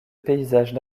paysages